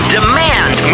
demand